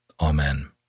Amen